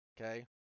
okay